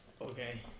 Okay